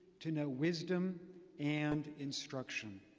to know wisdom and instruction.